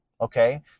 okay